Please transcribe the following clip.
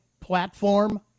Platform